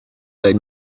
their